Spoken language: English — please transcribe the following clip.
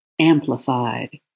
amplified